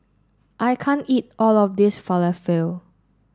I can't eat all of this Falafel